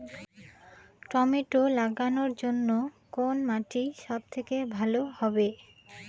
Tomato লাগানোর জন্যে কোন মাটি সব থেকে ভালো হবে?